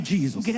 Jesus